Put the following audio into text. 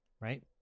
Right